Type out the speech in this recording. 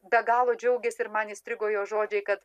be galo džiaugėsi ir man įstrigo jos žodžiai kad